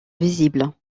visible